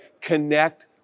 connect